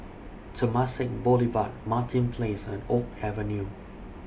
Temasek Boulevard Martin Place and Oak Avenue